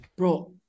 Bro